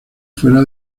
fuera